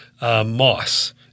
Moss